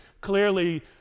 clearly